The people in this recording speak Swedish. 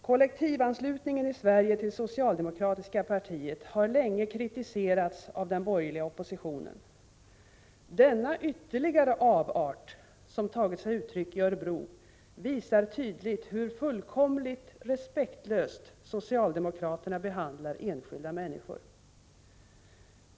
Kollektivanslutningen till det socialdemokratiska partiet i Sverige har länge kritiserats av den borgerliga oppositionen. Denna ytterligare avart, som tagit sig uttryck i Örebro, visar tydligt hur fullkomligt respektlöst socialdemokraterna behandlar enskilda människor.